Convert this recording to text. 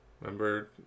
Remember